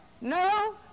no